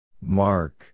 Mark